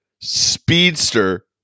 speedster